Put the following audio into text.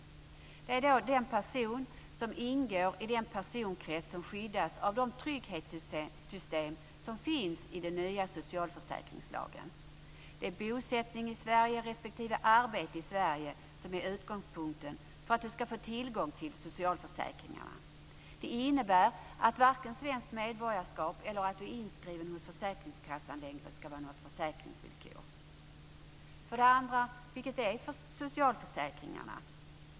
Det är den person som ingår i den personkrets som skyddas av de trygghetssystem som finns i den nya socialförsäkringslagen. Det är bosättning i Sverige respektive arbete i Sverige som är utgångspunkten för att man ska få tillgång till socialförsäkringarna. Det innebär att inte vare sig svenskt medborgarskap eller att vara inskriven hos försäkringskassan längre ska vara försäkringsvillkor. För det andra: Vilka är socialförsäkringarna?